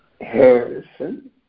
Harrison